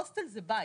הוסטל זה בית,